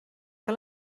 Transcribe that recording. que